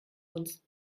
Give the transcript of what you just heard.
uns